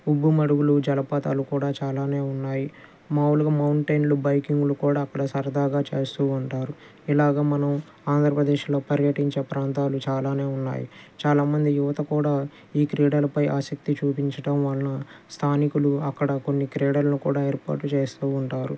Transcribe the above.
ఉబ్బు మడుగులు జలపాతాలు కూడా చాలానే ఉన్నాయి మాములుగా మౌంటైన్లు బైకింగ్లు కూడా అక్కడ సరదాగా చేస్తూ ఉంటారు ఇలాగ మనం ఆంధ్రప్రదేశ్లో పర్యటించే ప్రాంతాలు చాలానే ఉన్నాయి చాలా మంది యువత కూడా ఈ క్రీడలపై ఆసక్తి చూపించటం వలన స్థానికులు అక్కడ కొన్ని క్రీడలను కూడా ఏర్పాటు చేస్తూ ఉంటారు